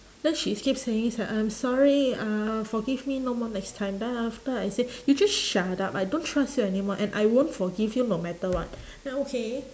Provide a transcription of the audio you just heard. then she keep saying uh I'm sorry uh forgive me no more next time then after I say you just shut up I don't trust you anymore and I won't forgive you no matter what then okay